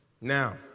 Now